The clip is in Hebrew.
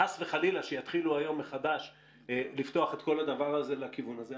חס וחלילה שיתחילו היום מחדש לפתוח את כל הדבר הזה לכיוון הזה.